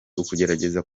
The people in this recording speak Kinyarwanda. ukugerageza